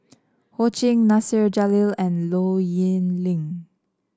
Ho Ching Nasir Jalil and Low Yen Ling